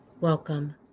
Welcome